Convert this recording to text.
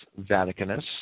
Vaticanus